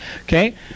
Okay